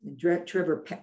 Trevor